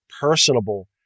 personable